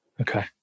Okay